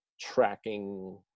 tracking